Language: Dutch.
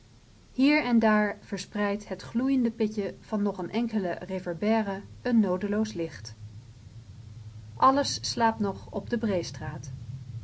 hier en daar verspreidt het gloeiende pitje van nog een enkele réverbère een noodeloos licht alles slaapt nog op de